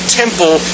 temple